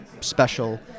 special